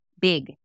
big